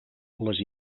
les